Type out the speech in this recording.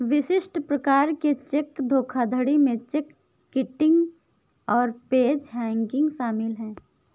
विशिष्ट प्रकार के चेक धोखाधड़ी में चेक किटिंग और पेज हैंगिंग शामिल हैं